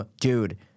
Dude